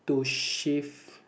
to shift